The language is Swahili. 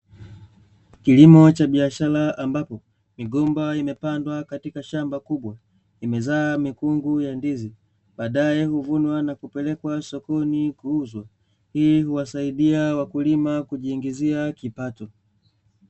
Kilimo cha biashara ambapo migomba imepandwa katika shamba kubwa, imezaa mikungu ya ndizi, badae huvunwa na kupelekwa sokoni kuuzwa hii huwasaidia wakulima kujipatia kipato.